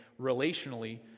relationally